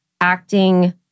acting